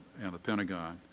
and the pentagon.